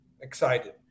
excited